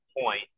point